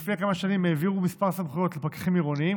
לפני כמה שנים העבירו כמה סמכויות לפקחים עירוניים